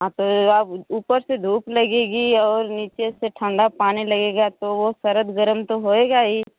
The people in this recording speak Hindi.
हाँ तो आप ऊपर से धूप लगेगी और नीचे से ठंडा पानी लगेगा तो वो शरद गर्म तो होएगा ही